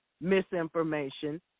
misinformation